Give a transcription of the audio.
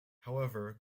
however